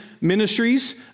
Ministries